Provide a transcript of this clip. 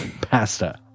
pasta